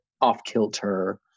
off-kilter